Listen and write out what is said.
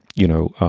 you know,